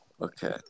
Okay